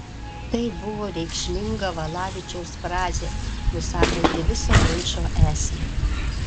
tai buvo reikšminga valavičiaus frazė nusakanti viso ginčo esmę